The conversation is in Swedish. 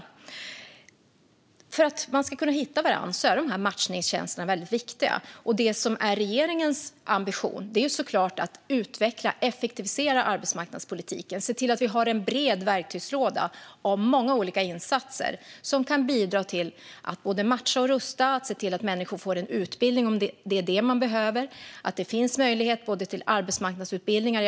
När det gäller att de ska kunna hitta varandra är matchningstjänsterna väldigt viktiga. Och det som är regeringens ambition är såklart att utveckla och effektivisera arbetsmarknadspolitiken. Det handlar om att se till att vi har en bred verktygslåda med många olika insatser som kan bidra till att matcha och rusta. Det handlar om att se till att människor får en utbildning om det är det de behöver och att det finns möjlighet till arbetsmarknadsutbildningar.